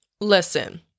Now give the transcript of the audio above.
listen